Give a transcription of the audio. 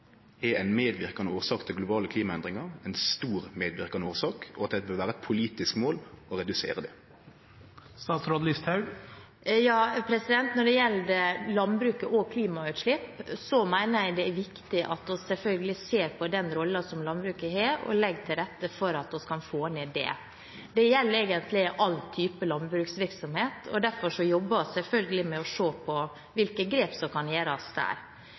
er ei medverkande årsak til globale klimaendringar – ei stor medverkande årsak – og at det bør vere eit politisk mål å redusere det? Når det gjelder landbruket og klimautslipp, mener jeg det er viktig at vi selvfølgelig ser på den rollen som landbruket har, og legger til rette for at vi kan få det ned. Det gjelder egentlig alle typer landbruksvirksomhet, og derfor jobber vi selvfølgelig med å se på hvilke grep som kan gjøres der.